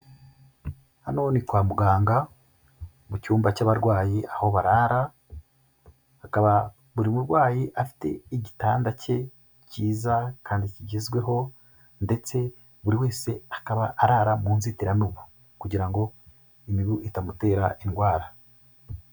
Hano ni kwa muganga mu cyumba cy'abarwayi aho bararaba, hakaba buri murwayi afite igitanda cye cyiza kandi kigezweho ndetse buri wese akaba arara mu nzitiramibu kugira ngo imibu itamutera indwara.